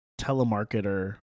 telemarketer